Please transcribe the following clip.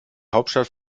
hauptstadt